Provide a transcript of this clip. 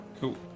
Cool